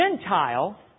Gentile